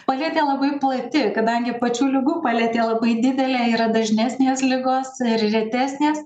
paletė labai plati kadangi pačių ligų paletė labai didelė yra dažnesnės ligos ir retesnės